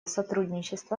сотрудничества